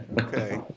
Okay